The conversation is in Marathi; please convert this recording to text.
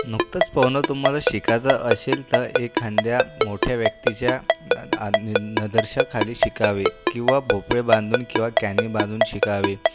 नुकतंच पोहणं तुम्हाला शिकायचं असेल तर एखाद्या मोठ्या व्यक्तीच्या न न नदर्शाखाली शिकावे किंवा भोपळे बांधून किंवा कॅनी बांधून शिकावे